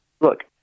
look